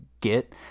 get